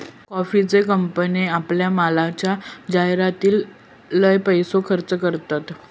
कॉफीचे कंपने आपल्या मालाच्या जाहीरातीर लय पैसो खर्च करतत